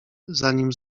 zanim